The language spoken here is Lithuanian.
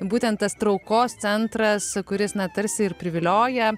būtent tas traukos centras kuris na tarsi ir privilioja